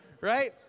right